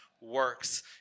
works